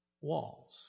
walls